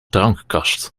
drankkast